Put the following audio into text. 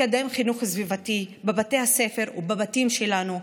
לקדם חינוך סביבתי בבתי הספר ובבתים שלנו,